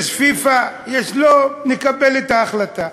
יש פיפ"א, יש לא, נקבל את ההחלטה.